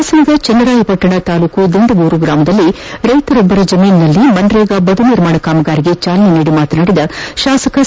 ಹಾಸನದ ಚನ್ನರಾಯಪಟ್ಟಣ ತಾಲ್ಲೂಕಿನ ದಿಂಡಗೂರು ಗ್ರಾಮದಲ್ಲಿ ರೈತರೋರ್ವರ ಜಮೀನಿನಲ್ಲಿ ಮನ್ರೇಗಾ ಬದು ನಿರ್ಮಾಣ ಕಾಮಗಾರಿಗೆ ಚಾಲನೆ ನೀದಿ ಮಾತನಾದಿದ ಶಾಸಕ ಸಿ